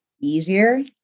easier